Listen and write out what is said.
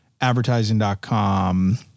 advertising.com